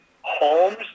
homes